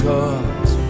Cause